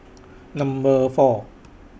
Number four